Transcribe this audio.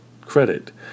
credit